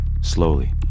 slowly